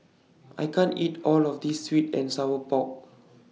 I can't eat All of This Sweet and Sour Pork